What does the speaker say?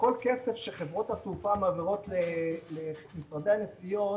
וכל כסף שחברות התעופה מעבירות למשרדי הנסיעות